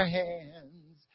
hands